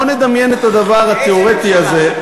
בואו נדמיין את הדבר התיאורטי הזה,